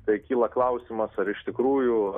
tai kyla klausimas ar iš tikrųjų